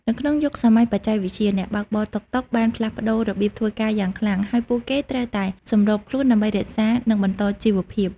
នៅក្នុងយុគសម័យបច្ចេកវិទ្យា អ្នកបើកបរតុកតុកបានផ្លាស់ប្ដូររបៀបធ្វើការយ៉ាងខ្លាំង ហើយពួកគេត្រូវតែសម្របខ្លួនដើម្បីរក្សានិងបន្តជីវភាព។